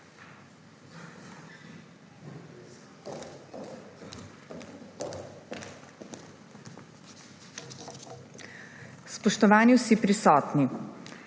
Spoštovani vsi prisotni!